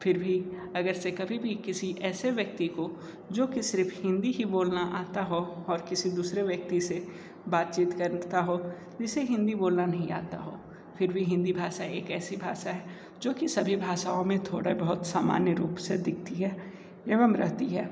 फिर भी अगर से कभी भी किसी ऐसे व्यक्ति को जो की सिर्फ हिंदी ही बोलना आता हो और किसी दूसरे व्यक्ति से बातचीत करता हो जिसे हिंदी बोलना नहीं आता हो फिर भी हिंदी भाषा एक ऐसी भाषा है जो की सभी भाषाओं में थोड़ा बहुत सामान्य रूप से दिखती हैं एवं रहती है